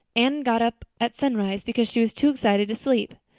anne got up at sunrise because she was too excited to sleep.